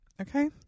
okay